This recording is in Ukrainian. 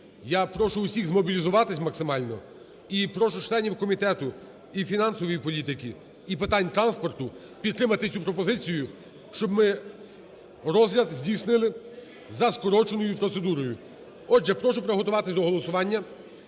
Я прошу всіх змобілізуватися максимально і прошу членів Комітету і фінансової політики, і питань транспорту підтримати цю пропозицію, щоб ми розгляд здійснили за скороченою процедурою. Отже, прошу приготуватись до голосування.